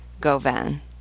Govan